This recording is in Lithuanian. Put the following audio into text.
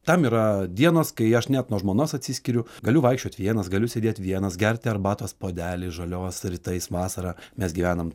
tam yra dienos kai aš net nuo žmonos atsiskiriu galiu vaikščiot vienas galiu sėdėt vienas gerti arbatos puodelį žalios rytais vasarą mes gyvenam